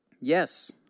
Yes